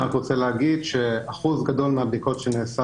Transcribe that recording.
אני רק רוצה להגיד שאחוז גדול מהבדיקות שנעשה